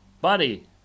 buddy